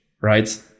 right